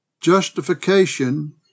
Justification